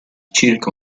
circa